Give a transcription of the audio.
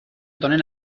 donen